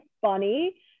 funny